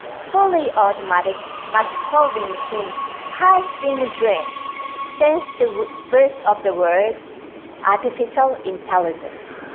fully automatic math-solving machine has been a dream since the birth of the word artificial intelligence,